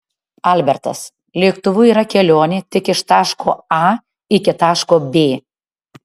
albertas lėktuvu yra kelionė tik iš taško a iki taško b